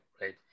Right